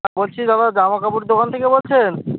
বলছি দাদা জামা কাপড় দোকান থেকে বলছেন